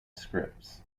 scripts